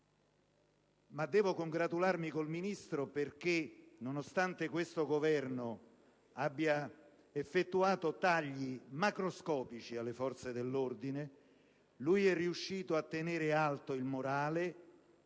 ma devo congratularmi con il Ministro perché, nonostante questo Governo abbia effettuato tagli macroscopici alle forze dell'ordine, egli è riuscito a tenere alto il morale